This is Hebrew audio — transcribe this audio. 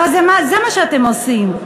הרי זה מה שאתם עושים.